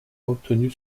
obtenu